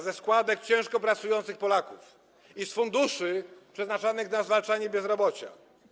Ze składek ciężko pracujących Polaków i z funduszy przeznaczonych na zwalczanie bezrobocia.